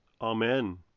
Amen